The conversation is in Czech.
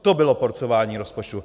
To bylo porcování rozpočtu.